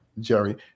Jerry